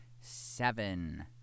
seven